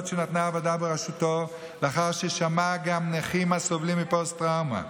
שנתנה הוועדה בראשותו לאחר ששמעה גם נכים הסובלים מפוסט-טראומה.